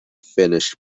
finished